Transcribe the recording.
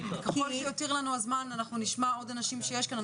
ככל שיותיר לנו הזמן אנחנו נשמע עוד אנשים שיש כאן.